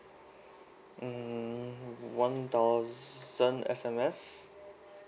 mm one thousand S_M_S